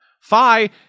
Phi